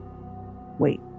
Wait